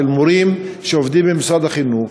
של מורים שעובדים במשרד החינוך.